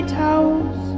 toes